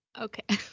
okay